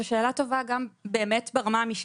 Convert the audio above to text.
זו שאלה טובה באמת גם ברמה המשקית.